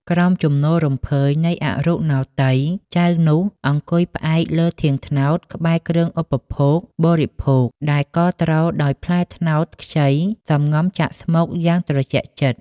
ក្រោមជំនោររំភើយនៃអរុណោទ័យ ចៅនោះអង្គុយផ្អែកលើធាងត្នោតក្បែរគ្រឿងឧបភោគ បរិភោគដែលកល់ទ្រដោយផ្លែត្នោតខ្ចី សំងំចាក់ស្មុគយ៉ាងត្រជាក់ចិត្ត។